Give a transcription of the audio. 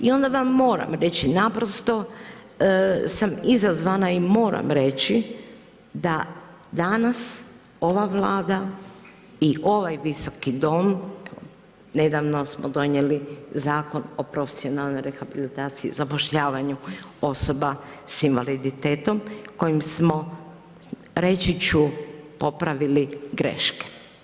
I onda vam moram reći naprosto sam izazvana i moram reći da danas ova Vlada i ovaj Visoki dom, nedavno smo donijeli Zakon o profesionalnoj rehabilitaciji i zapošljavanju osoba s invaliditetom kojim smo, reći ću, popravili greške.